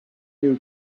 new